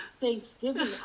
Thanksgiving